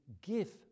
give